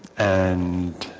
and